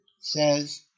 says